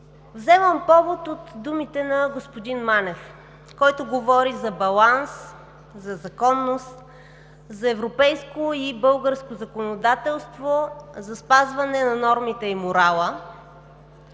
Вземам повод от думите на господин Манев, който говори за баланс, за законност, за европейско и българско законодателство, за спазване на нормите и морала.